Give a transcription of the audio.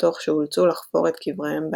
תוך שאולצו לחפור את קבריהם בעצמם.